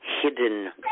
hidden